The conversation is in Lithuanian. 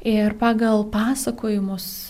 ir pagal pasakojimus